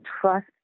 trust